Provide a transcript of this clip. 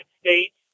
States